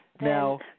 Now